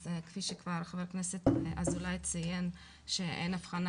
אז כפי שכבר ח"כ אזולאי ציין שאין אבחנה